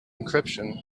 encryption